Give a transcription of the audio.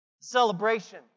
Celebration